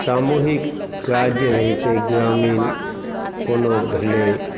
सामूहिक काज जे है छै ग्रामीण कोनो भेलै